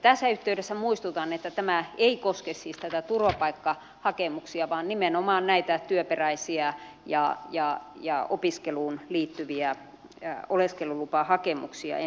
tässä yhteydessä muistutan että tämä ei koske siis turvapaikkahakemuksia vaan nimenomaan työperäisiä ja opiskeluun liittyviä oleskelulupahakemuksia ennen muuta